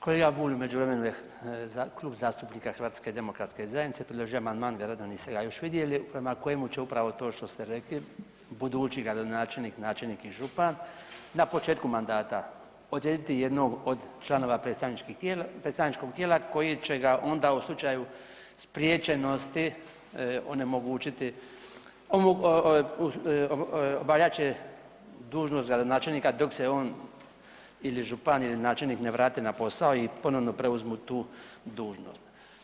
Kolega Bulj u međuvremenu je Klub zastupnika Hrvatske demokratske zajednice predložio amandman, vjerojatno niste ga još vidjeli prema kojemu će upravo to što ste rekli budući gradonačelnik, načelnik i župan na početku mandata odrediti jednu od članova predstavničkog tijela koji će ga onda u slučaju spriječenosti onemogućiti, obavljat će dužnost gradonačelnika dok se on ili župan ili načelnik ne vrati na posao i ponovno preuzmu tu dužnost.